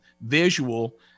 visual